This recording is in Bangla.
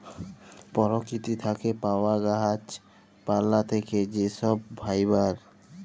পরকিতি থ্যাকে পাউয়া গাহাচ পালা থ্যাকে যে ছব ফাইবার